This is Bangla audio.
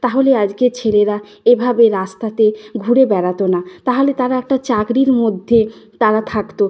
তাহলে আজকে ছেলেরা এভাবে রাস্তাতে ঘুরে বেড়াত না তাহলে তারা একটা চাকরির মধ্যে তারা থাকত